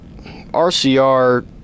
RCR